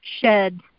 shed